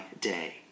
day